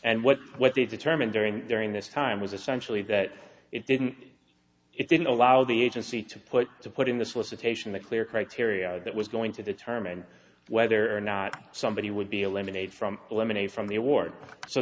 and what what they determined during during this time was essentially that it didn't it didn't allow the agency to put to put in the solicitation the clear criteria that was going to determine whether or not somebody would be eliminated from eliminated from the award so